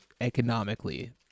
economically